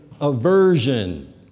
aversion